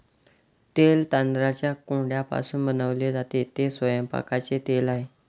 तेल तांदळाच्या कोंडापासून बनवले जाते, ते स्वयंपाकाचे तेल आहे